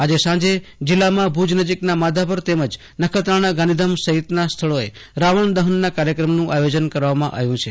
આજે સાંજે જિલ્લામાં ભુજ નજીકના માધાપર નખત્રાણા ગાંધીધામ સહિતના સ્થળોએ રાવણ દહનના કાર્યક્રમના આયોજન કરવામાં આવ્યું છે